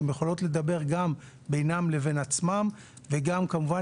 הן יכולות לדבר גם בינן לבין עצמן וגם כמובן